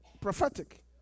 prophetic